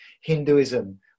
Hinduism